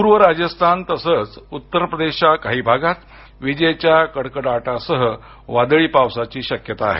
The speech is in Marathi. पूर्व राजस्थान तसच उत्तर प्रदेशच्या काही भागात विजेच्या कडकडाटासह वादळी पावसाची शक्यता आहे